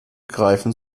greifen